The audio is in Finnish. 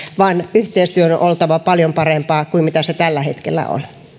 vaan yhteistyön on oltava paljon parempaa kuin mitä se tällä hetkellä